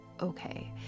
okay